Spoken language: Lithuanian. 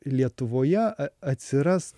lietuvoje a atsiras